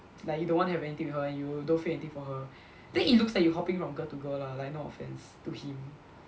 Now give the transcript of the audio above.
like you don't want to have anything with her and you don't feel anything for her then it looks like you hopping from girl to girl lah like no offence to him